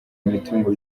imitungo